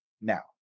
now